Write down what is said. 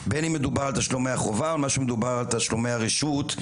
בין אם מדובר על תשלומי חובה ובין אם מדובר על תשלומי רשות.